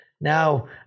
Now